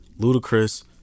Ludacris